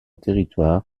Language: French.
territoire